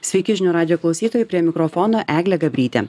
sveiki žinių radijo klausytojai prie mikrofono eglė gabrytė